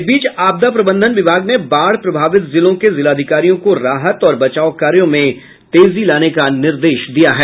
इस बीच आपदा प्रबंधन विभाग ने बाढ़ प्रभावित जिलों के जिलाधिकारियों को राहत और बचाव कार्यों में तेजी लाने का निर्देश दिया है